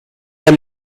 der